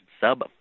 sub